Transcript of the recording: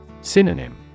Synonym